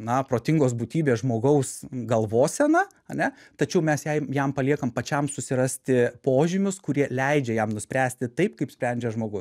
na protingos būtybės žmogaus galvoseną ar ne tačiau mes jai jam paliekama pačiam susirasti požymius kurie leidžia jam nuspręsti taip kaip sprendžia žmogus